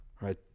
right